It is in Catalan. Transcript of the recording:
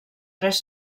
tres